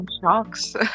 shocks